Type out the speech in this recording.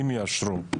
אם יאשרו,